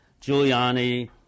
Giuliani